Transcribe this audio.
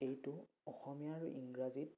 এইটো অসমীয়া আৰু ইংৰাজীত